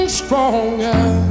stronger